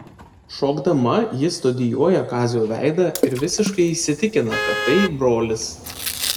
šokdama ji studijuoja kazio veidą ir visiškai įsitikina kad tai brolis